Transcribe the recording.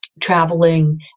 traveling